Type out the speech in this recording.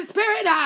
Spirit